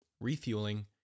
refueling